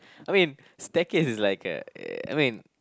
I mean staircase is like a uh I mean